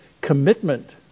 commitment